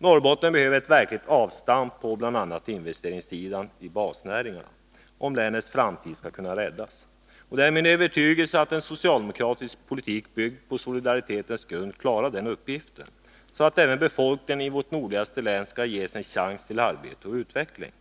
Norrbotten behöver ett verkligt avstamp på bl.a. investeringssidan — i basnäringarna — om länets framtid skall kunna räddas. Det är min övertygelse att en socialdemokratisk politik, byggd på solidaritetens grund, klarar den uppgiften, så att även befolkningen i vårt nordligaste län skall ges en chans till arbete och utveckling.